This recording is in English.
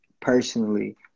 personally